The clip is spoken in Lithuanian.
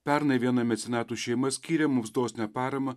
pernai viena mecenatų šeima skyrė mums dosnią paramą